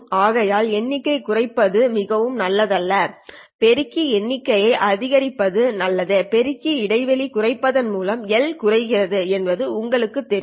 ஆகையால் எண்ணிக்கையை குறைப்பது மிகவும் நல்லதல்ல பெருக்கி எண்ணிக்கையை அதிகரிப்பது மற்றும் பெருக்கி இடைவெளி குறைப்பதன் மூலம் La குறைகிறது என்பது உங்களுக்குத் தெரியும்